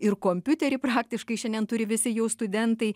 ir kompiuterį praktiškai šiandien turi visi jau studentai